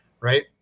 Right